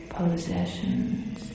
possessions